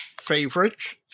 favorites